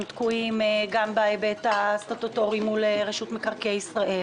הם תקועים גם בהיבט הסטטוטורי מול רשות מקרקעי ישראל.